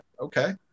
okay